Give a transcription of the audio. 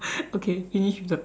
okay finish with the tenth